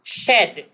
shed